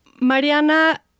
Mariana